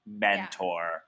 mentor